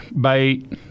bait